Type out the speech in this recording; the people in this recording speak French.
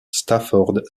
stafford